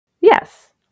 Yes